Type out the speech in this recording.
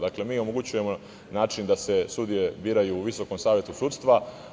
Dakle, mi omogućujemo način da se sudije biraju u Visokom savetu sudstva.